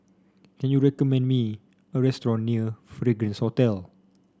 can you recommend me a restaurant near Fragrance Hotel